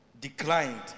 declined